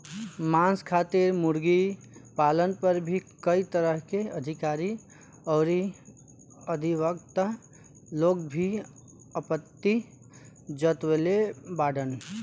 मांस खातिर मुर्गी पालन पर भी कई तरह के अधिकारी अउरी अधिवक्ता लोग भी आपत्ति जतवले बाड़न